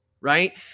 right